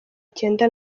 kenda